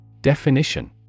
Definition